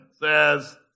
says